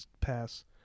pass